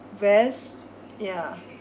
best yeah